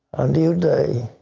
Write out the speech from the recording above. a new day,